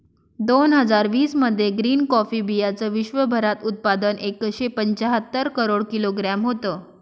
दोन हजार वीस मध्ये ग्रीन कॉफी बीयांचं विश्वभरात उत्पादन एकशे पंच्याहत्तर करोड किलोग्रॅम होतं